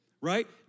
right